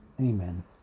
Amen